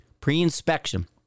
Pre-inspection